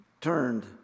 turned